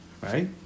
Right